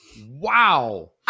Wow